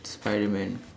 Spiderman